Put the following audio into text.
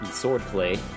swordplay